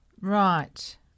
Right